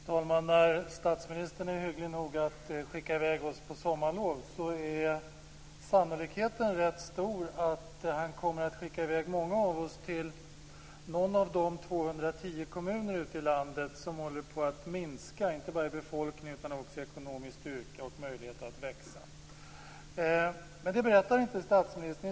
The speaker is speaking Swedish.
Fru talman! När statsministern är hygglig nog att skicka oss på sommarlov är sannolikheten rätt stor att han kommer att skicka många av oss till någon av de 210 kommuner i landet som håller på att minska, inte bara i befolkning utan också i ekonomisk styrka och möjlighet att växa. Det berättar inte statsministern.